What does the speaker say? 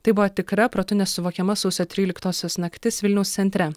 tai buvo tikra protu nesuvokiama sausio tryliktosios naktis vilniaus centre